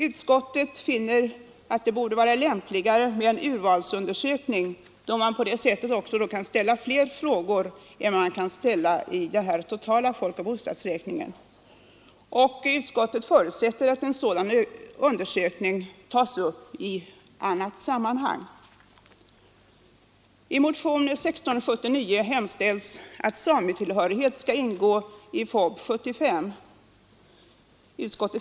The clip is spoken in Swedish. Utskottet finner det emellertid vara lämpligare med en urvalsundersökning, eftersom man på det sättet kan ställa fler frågor än i den totala folkoch bostadsräkningen. Vi förutsätter att sådan undersökning tas upp i annat sammanhang. I motionen 1679 hemställs att en fråga om sametillhörighet skall ingå i folkoch bostadsräkningen 1975.